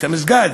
את המסגד,